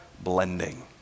blending